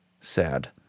sad